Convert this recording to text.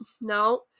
No